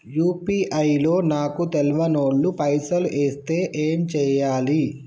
UPI లో నాకు తెల్వనోళ్లు పైసల్ ఎస్తే ఏం చేయాలి?